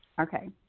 Okay